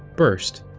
burst.